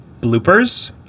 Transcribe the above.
bloopers